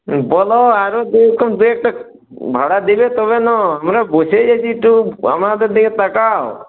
হ্যাঁ বলো আরও ভাড়া দিবে তবে ন আমরা বসেই গেছি তো আমাদের দিকে তাকাও